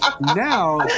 now